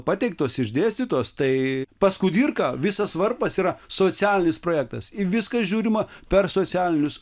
pateiktos išdėstytos tai pas kudirką visas varpas yra socialinis projektas į viską žiūrima per socialinius